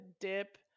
dip